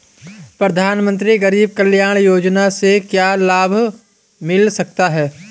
प्रधानमंत्री गरीब कल्याण योजना से क्या लाभ मिल सकता है?